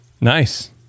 Nice